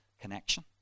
connection